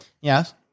Yes